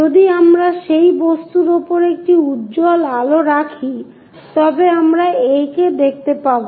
যদি আমরা সেই বস্তুর উপর একটি উজ্জ্বল আলো রাখি তবেই আমরা A কে দেখতে পাব